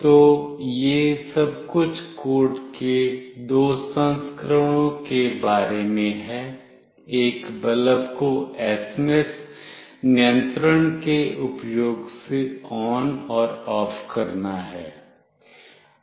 तो यह सब कुछ कोड के दो संस्करणों के बारे में है एक बल्ब को एसएमएस नियंत्रण के उपयोग से ON और OFF करना है